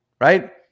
right